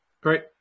Great